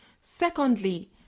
Secondly